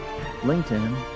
LinkedIn